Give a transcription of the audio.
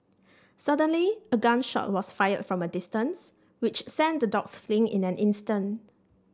suddenly a gun shot was fired from a distance which sent the dogs fleeing in an instant